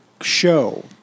show